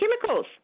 chemicals